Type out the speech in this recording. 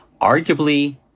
Arguably